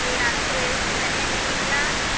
அப்படியா அதுக்கு ரேட்டு தனியாக கேட்பீங்களா